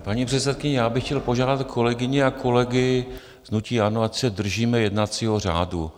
Paní předsedkyně, já bych chtěl požádat kolegyni a kolegy z hnutí ANO, ať se držíme jednacího řádu.